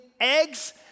eggs